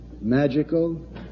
magical